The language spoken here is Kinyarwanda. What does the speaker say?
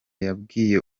yabwiye